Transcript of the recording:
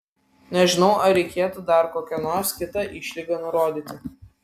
nežinau ar reikėtų dar kokią nors kitą išlygą nurodyti